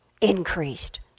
Increased